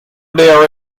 there